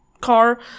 car